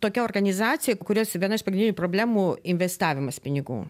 tokia organizacija kurios viena iš pagrindinių problemų investavimas pinigų